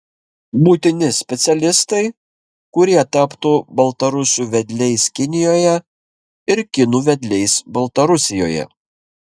būtini specialistai kurie taptų baltarusių vedliais kinijoje ir kinų vedliais baltarusijoje